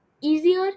easier